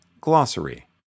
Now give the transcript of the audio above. glossary